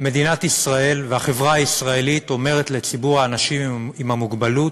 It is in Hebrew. מדינת ישראל והחברה הישראלית אומרות לציבור האנשים עם המוגבלות: